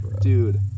Dude